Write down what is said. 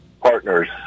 partners